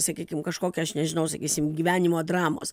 sakykim kažkokio aš nežinau sakysim gyvenimo dramos